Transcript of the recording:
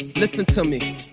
listen to me,